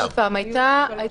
היה חייב.